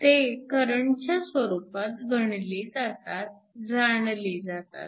ते करंटच्या स्वरूपात गणले जातात जाणले जातात